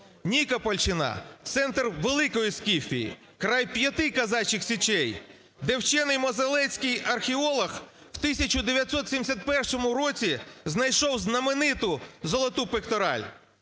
Нікопольщина – центр Великої Скіфії, край п'яти козачих січей, де вчений Мозолевський, археолог, в 1971 році знайшов знамениту Золоту пектораль.